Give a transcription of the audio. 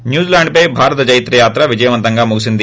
New Zealand పై భారత జైత్రయాత్ర విజయవంతంగా ముగిసింది